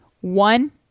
One